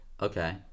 Okay